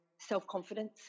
self-confidence